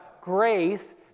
grace